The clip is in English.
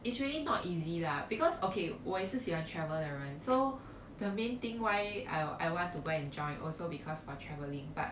it's really not easy lah because okay 我也是喜欢 travel 的人 so the main thing why I I want to go and join also because of travelling but